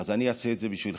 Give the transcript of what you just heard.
אז אני אעשה את זה בשבילכם.